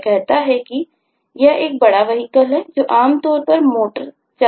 यह कहता है कि यह एक बड़ा water vehicle है जो आमतौर पर मोटर चालित है